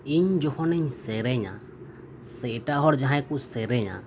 ᱤᱧ ᱡᱚᱠᱷᱚᱱᱤᱧ ᱥᱮᱨᱮᱧᱟ ᱥᱮ ᱮᱴᱟᱜ ᱦᱚᱲ ᱡᱟᱦᱟᱸᱭ ᱠᱚ ᱥᱮᱨᱮᱧᱟ